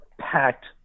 packed